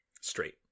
Straight